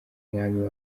mwami